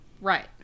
Right